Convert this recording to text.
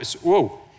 whoa